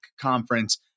conference